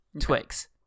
Twix